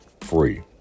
free